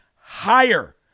higher